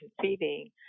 conceiving